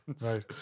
right